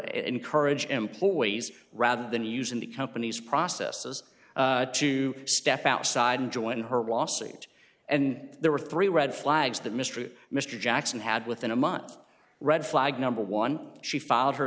encourage employees rather than using the company's processes to step outside and join her lawsuit and there were three red flags that mystery mr jackson had within a month red flag number one she filed her